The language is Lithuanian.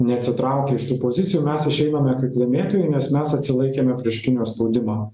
neatsitraukę iš tų pozicijų mes išeiname kaip laimėtojai nes mes atsilaikėme prieš kinijos spaudimą